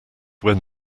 when